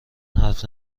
حرف